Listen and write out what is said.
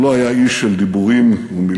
הוא לא היה איש של דיבורים ומילים,